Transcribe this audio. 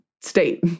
state